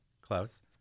Close